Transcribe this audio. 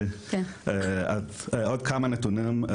עוד כמה נתונים.